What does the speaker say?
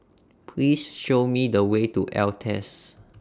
Please Show Me The Way to Altez